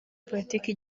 politiki